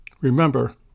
remember